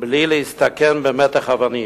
בלי להסתכן במטח אבנים?